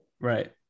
Right